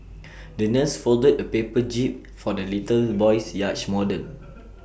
the nurse folded A paper jib for the little boy's yacht model